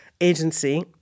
agency